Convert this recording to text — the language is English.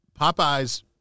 Popeyes